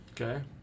Okay